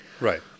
Right